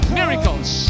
miracles